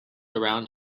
around